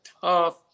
tough –